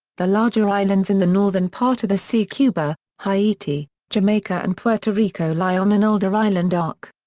the larger islands in the northern part of the sea cuba, haiti, jamaica and puerto rico lie on an older island arc.